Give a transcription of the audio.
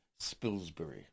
Spilsbury